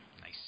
Nice